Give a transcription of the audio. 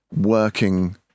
working